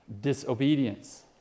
Disobedience